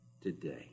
today